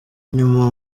nyuma